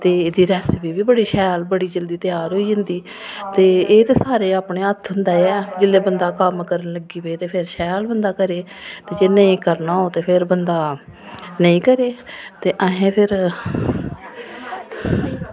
ते रेसिपी बी बड़ी शैल बड़ी जल्दी त्यार होई जंदी ते एह् ते सारे अपने हत्थ होंदा ऐ जेल्लै बंदा कम्म करन लगी पवै ते फिर शैल बंदा करै जे नेईं करना होऐ ते फिर बंदा नेईं करै ते असें फिर